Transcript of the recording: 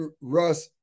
Russ